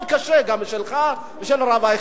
מאוד קשה, גם שלך וגם של הרב אייכלר.